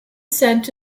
sent